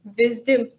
wisdom